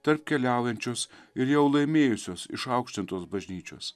tarp keliaujančios ir jau laimėjusios išaukštintos bažnyčios